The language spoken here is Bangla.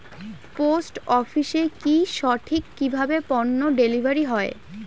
পোস্ট অফিসে কি সঠিক কিভাবে পন্য ডেলিভারি হয়?